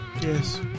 Yes